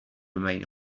remain